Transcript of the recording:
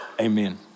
Amen